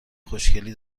خوشگلی